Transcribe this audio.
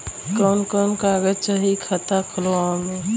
कवन कवन कागज चाही खाता खोलवावे मै?